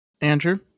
Andrew